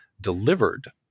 delivered